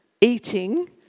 eating